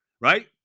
right